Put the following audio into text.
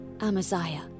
Amaziah